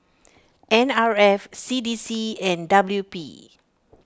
N R F C D C and W P